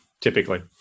typically